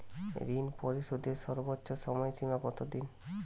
ঋণ পরিশোধের সর্বোচ্চ সময় সীমা কত দিন?